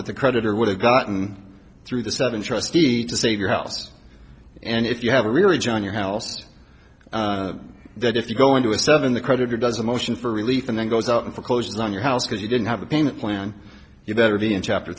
that the creditor would have gotten through the seven trustee to save your house and if you have a really john your house that if you go into a seven the creditor does a motion for relief and then goes out and foreclose on your house because you didn't have a payment plan you better be in chapter